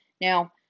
Now